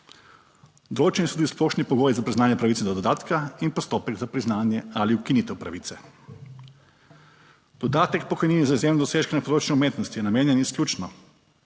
Določeni so tudi splošni pogoji za priznanje pravice do dodatka in postopek za priznanje ali ukinitev pravice. Dodatek k pokojnini za izjemne dosežke na področju umetnosti je namenjen izključno